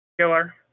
Killer